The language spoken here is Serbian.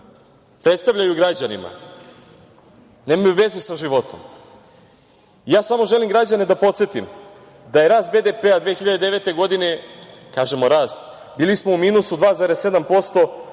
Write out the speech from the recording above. predstavljaju građanima nemaju veze sa životom. Samo želim građane da podsetim da je rast BDP 2009. godine, kažemo rast, bili smo u minusu 2,7%,